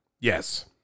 Yes